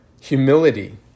humility